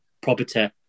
property